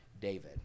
david